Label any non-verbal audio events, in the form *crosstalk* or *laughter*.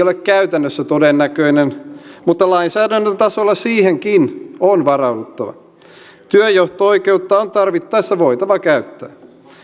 *unintelligible* ole käytännössä todennäköinen mutta lainsäädännön tasolla siihenkin on varauduttava työnjohto oikeutta on tarvittaessa voitava käyttää